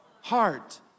heart